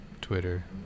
Twitter